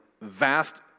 vast